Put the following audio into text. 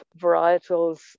varietals